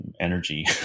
energy